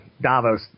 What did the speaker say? Davos